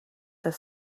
the